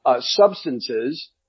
substances